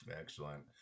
Excellent